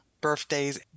birthdays